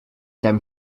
then